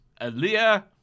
Aaliyah